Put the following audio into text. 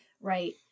Right